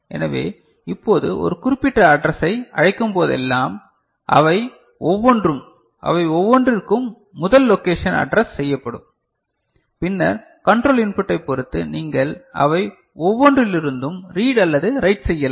எனவே இப்போது ஒரு குறிப்பிட்ட அட்ரஸ்யை அழைக்கும்போதெல்லாம் அவை ஒவ்வொன்றும் அவை ஒவ்வொன்றிற்கும் முதல் லொகேஷன் அட்ரஸ் செய்யப்படும் பின்னர் கண்ட்ரோல் இன்புட்டை பொறுத்து நீங்கள் அவை ஒவ்வொன்றிலிருந்தும் ரீட் அல்லது ரைட் செய்யலாம்